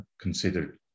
considered